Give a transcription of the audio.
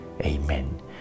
Amen